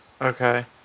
Okay